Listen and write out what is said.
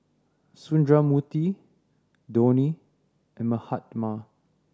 Sundramoorthy Dhoni and Mahatma